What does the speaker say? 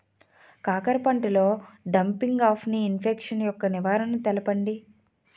కాకర పంటలో డంపింగ్ఆఫ్ని ఇన్ఫెక్షన్ యెక్క నివారణలు తెలపండి?